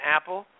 Apple